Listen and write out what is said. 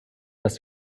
dass